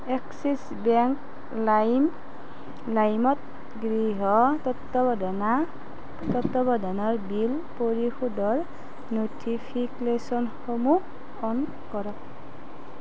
axis bank লাইম লাইমত গৃহ তত্ত্বাৱধনা তত্ত্বাৱধানৰ বিল পৰিশোধৰ ন'টিফিকেশ্যনসমূহ অন কৰক